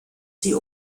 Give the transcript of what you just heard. sie